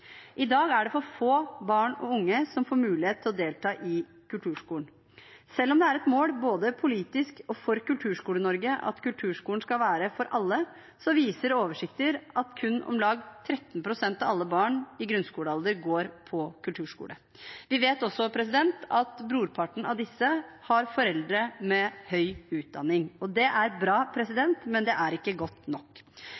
I dag er det for få barn og unge som får mulighet til å delta i kulturskolen. Selv om det er et mål både politisk og for Kulturskole-Norge at kulturskolen skal være for alle, viser oversikter at kun om lag 13 pst. av alle barn i grunnskolealder går på kulturskole. Vi vet også at brorparten av disse har foreldre med høy utdanning, og det er bra,